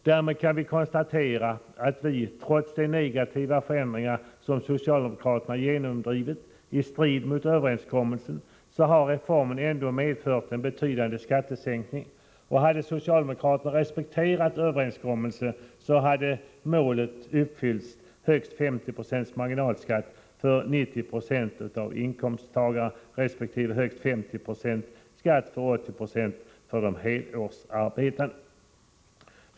Därmed kan konstateras att reformen — trots de negativa förändringar som socialdemokraterna genomdrivit i strid mot överenskommelsen — ändå har medfört en betydande skattesänkning. Hade socialdemokraterna respekterat överenskommelsen, så hade målet nåtts: högst 50 Jo marginalskatt för 90 20 av inkomsttagarna resp. högst 50 96 för 80 90 av de helårsarbetande.